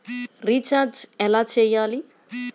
Recharge ఎలా చెయ్యాలి?